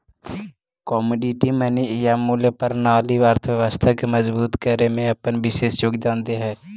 commodity money या मूल्य प्रणाली अर्थव्यवस्था के मजबूत करे में अपन विशेष योगदान दे हई